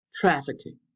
trafficking